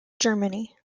germany